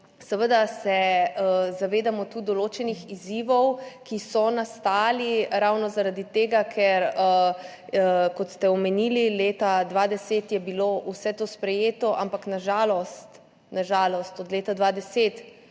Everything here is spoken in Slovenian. Seveda se zavedamo tudi določenih izzivov, ki so nastali ravno zaradi tega, kot ste omenili, leta 2010 je bilo vse to sprejeto, ampak na žalost od leta 2010